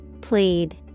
Plead